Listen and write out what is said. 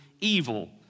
evil